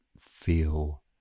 feel